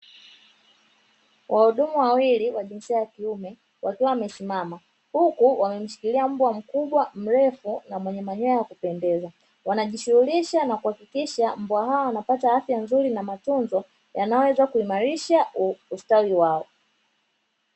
Wahudumu wawili wajinsia ya kiume wakiwa wamesimama huku wamemshikilia mbwa mkubwa mrefu na mwenye manyoa ya kupendeza. Wanaojishughulisha na kuakikisha mbwa hao wanapata afya nzuri na matunzo yanayoweza kuimarisha ustawi wao.